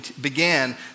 began